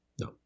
no